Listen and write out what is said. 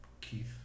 Keith